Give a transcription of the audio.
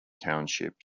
township